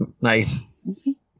nice